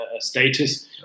status